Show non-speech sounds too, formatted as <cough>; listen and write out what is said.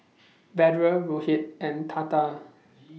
<noise> Vedre Rohit and Tata <noise>